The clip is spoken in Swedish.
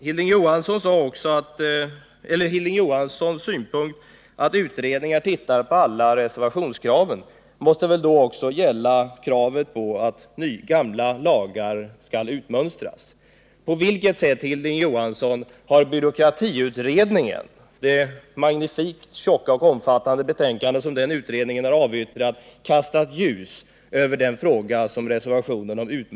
Hilding Johanssons synpunkt att utredningen tittar på alla 22 maj 1979 reservationskraven måste väl också gälla kravet på att gamla lagar skall utmönstras. På vilket sätt, Hilding Johansson, har byråkratiutredningens magnifikt tjocka och omfattande betänkande kastat ljus över den fråga som